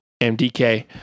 MDK